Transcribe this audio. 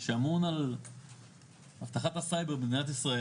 שאמון על אבטחת הסייבר במדינת ישראל,